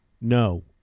no